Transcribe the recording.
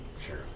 Sure